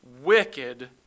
wicked